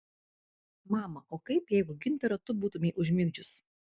mama o kaip jeigu gintarą tu būtumei užmigdžius